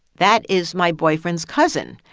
that is my boyfriend's cousin.